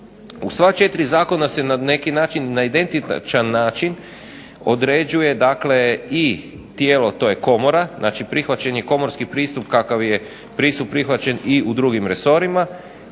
U sva 4 zakona se na neki način na identičan način određuje i tijelo. To je komora, znači prihvaćen je komorski pristup kakav je pristup prihvaćen i u drugim resorima